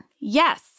Yes